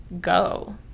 go